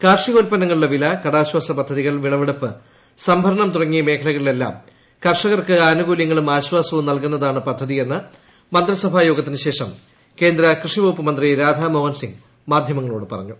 കാർഷികോത്പന്നങ്ങളുടെ വില കടാശ്വാസ പദ്ധതികൾ വിളവെടുപ്പ് സംഭരണം തുടങ്ങിയ മേഖലകളിലെല്ലാം കർഷകർക്ക് ആനുകൂലൃങ്ങളും ആശ്ചാസവും നൽകുന്നതാണ് പദ്ധതിയെന്ന് മന്ത്രിസഭാ യോഗത്തിനുശേഷം കേന്ദ്ര കൃഷി വകുപ്പ് മന്ത്രി രാധാ മോഹൻസിംഗ് മാധ്യമങ്ങളോട് പാഞ്ഞു